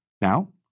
Now